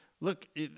look